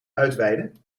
uitweiden